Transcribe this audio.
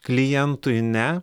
klientui ne